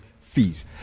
fees